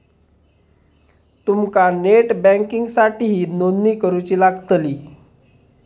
तुमका नेट बँकिंगसाठीही नोंदणी करुची लागतली